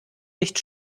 nicht